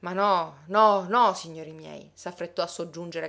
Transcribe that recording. ma no no no signori miei s'affrettò a soggiungere